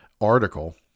article